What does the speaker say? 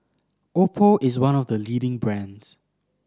Oppo is one of the leading brands